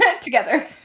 together